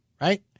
right